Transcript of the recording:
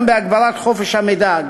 גם בהגברת חופש המידע,